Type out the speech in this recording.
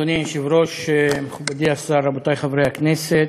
אדוני היושב-ראש, מכובדי השר, רבותי חברי הכנסת,